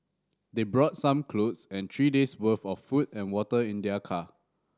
they brought some clothes and three days'worth of food and water in their car